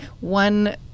One